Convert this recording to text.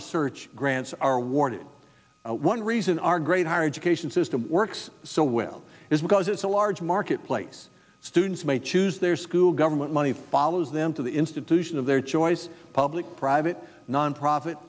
research grants are awarded one reason our great higher education system works so well is because it's a large marketplace students may choose their school government money follows them to the institution of their choice public private nonprofit